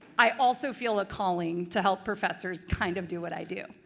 i also feel a calling to help professors kind of do what i do.